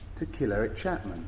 to kill eric chapman.